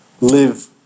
Live